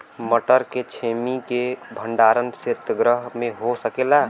मटर के छेमी के भंडारन सितगृह में हो सकेला?